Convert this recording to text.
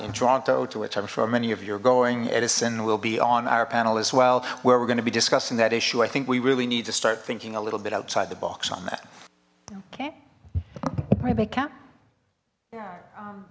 in toronto to which i'm sure many of your going edison will be on our panel as well where we're going to be discussing that issue i think we really need to start thinking a little bit outside the box on that okay